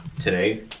today